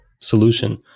solution